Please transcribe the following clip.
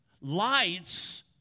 Light's